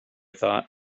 thought